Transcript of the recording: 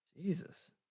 Jesus